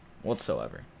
whatsoever